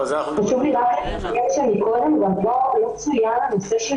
לא הזכירו קודם את הילדים.